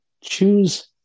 choose